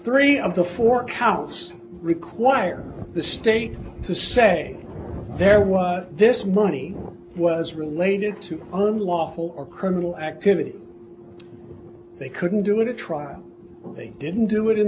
three of the fork house require the state to say there was this money was related to unlawful or criminal activity they couldn't do it at trial they didn't do it in